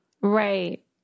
Right